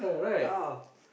ya